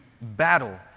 battle